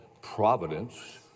Providence